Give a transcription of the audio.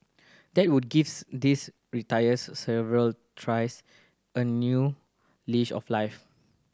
that would gives these retirees several tries a new leash of life